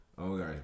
okay